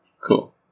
cool